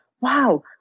wow